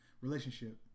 relationship